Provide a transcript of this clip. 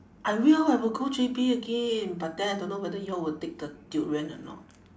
I will I will go J_B again but then I don't know whether you all will take the durian or not